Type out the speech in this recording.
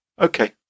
Okay